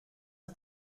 are